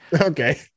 Okay